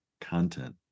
content